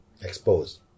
exposed